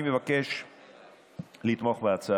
אני מצפה מקואליציה ואופוזיציה לתמוך.